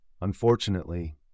Unfortunately